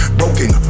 broken